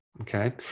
okay